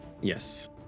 Yes